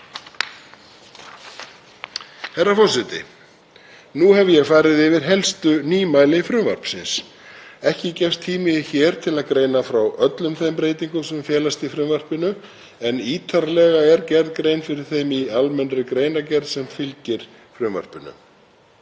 Herra forseti. Nú hef ég farið yfir helstu nýmæli frumvarpsins. Ekki gefst tími hér til að greina frá öllum þeim breytingum sem felast í frumvarpinu en ítarlega er gerð grein fyrir þeim í almennri greinargerð sem fylgir frumvarpinu.